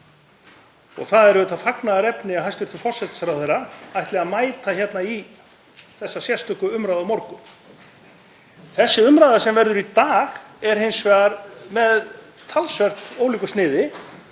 Það er auðvitað fagnaðarefni að hæstv. forsætisráðherra ætli að mæta hérna í þessa sérstöku umræðu á morgun. Sú umræða sem verður í dag er hins vegar með talsvert ólíku sniði.